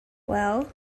well